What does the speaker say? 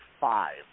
five